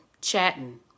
chatting